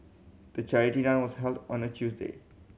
the charity run was held on a Tuesday